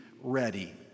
ready